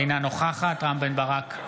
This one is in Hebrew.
אינה נוכחת רם בן ברק,